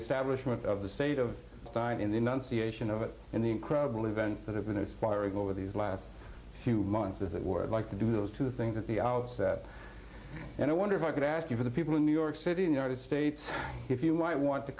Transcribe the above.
establishment of the state of stein in the enunciation of it and the incredible events that have been aspiring over these last few months as it were like to do those two things at the outset and i wonder if i could ask you for the people in new york city in united states if you might want to